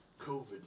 COVID